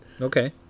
okay